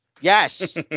Yes